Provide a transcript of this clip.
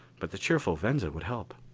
but the cheerful venza would help.